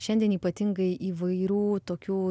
šiandien ypatingai įvairių tokių